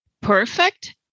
Perfect